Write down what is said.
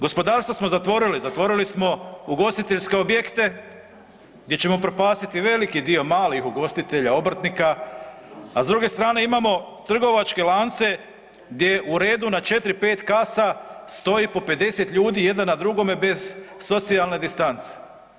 Gospodarstvo smo zatvorili, zatvorili smo ugostiteljske objekte gdje ćemo upropastiti veliki dio malih ugostitelja, obrtnika, a s druge strane imamo trgovačke lance gdje u redu na 4, 5 kasa stoji po 50 ljudi jedan na drugome bez socijalne distance.